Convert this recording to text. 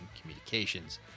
communications